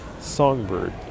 songbird